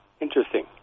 interesting